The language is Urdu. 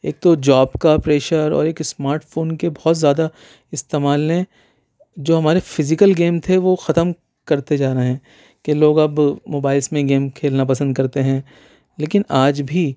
ایک تو جوب کا پریشر اور ایک اسمارٹ فون کے بہت زیادہ استعمال نے جو ہمارے فزیکل گیم تھے وہ ختم کرتے جا رہے ہیں کہ لوگ اب موبائلس میں گیم کھیلنا پسند کرتے ہیں لیکن آج بھی